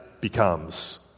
becomes